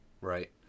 Right